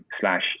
slash